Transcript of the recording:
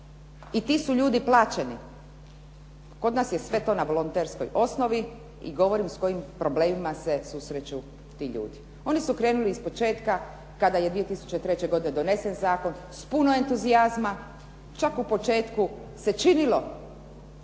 i ti su ljudi plaćeni. Kod nas je sve to na volonterskoj osnovi i govorim s kojim problemima se susreću ti ljudi. Oni su krenuli iz početka kada je 2003. godine donesen zakon s puno entuzijazma. Čak u početku se činilo